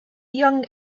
young